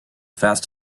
fast